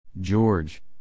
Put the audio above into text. George